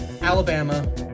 Alabama